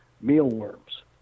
mealworms